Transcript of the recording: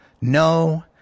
No